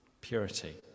purity